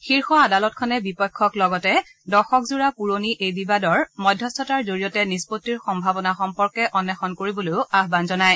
শীৰ্ষ আদালতখনে বিপক্ষক লগতে দশকজোৰা পুৰণি এই বিবাদৰ মধ্যস্থতাৰ জড়িয়তে নিষ্পত্তিৰ সম্ভাৱনা সম্পৰ্কে অন্বেষণ কৰিবলৈ আহান জনায়